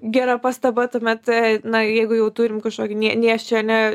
gera pastaba tuomet a na jeigu jau turim kažkokį nė nėščia ane